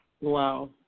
Wow